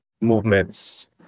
movements